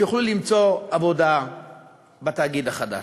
שיוכלו למצוא עבודה בתאגיד החדש.